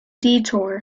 detour